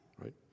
right